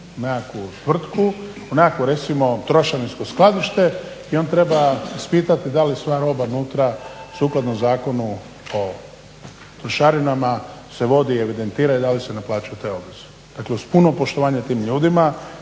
nekakvu tvrtku, u nekakvo recimo trošarinsko skladište i on treba ispitati da li sva roba unutra sukladno Zakonu o trošarinama se vodi, evidentira i da li se naplaćuje taj odnos. Dakle, uz puno poštovanje tim ljudima,